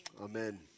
Amen